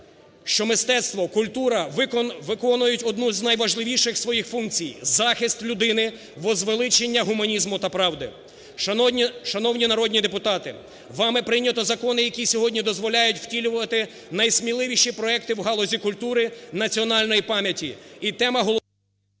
що мистецтво, культура виконують одну з найважливіших своїх функцій: захист людини, возвеличення гуманізму та правди. Шановні народні депутати, вами прийнято закони, які сьогодні дозволяють втілювати найсміливіші проекти в галузі культури національної пам'яті.